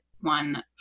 one